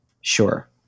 Sure